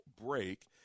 break